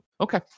Okay